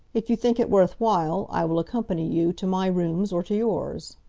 if you think it worth while, i will accompany you to my rooms or to yours.